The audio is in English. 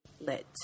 lit